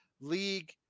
league